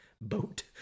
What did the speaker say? boat